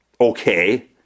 okay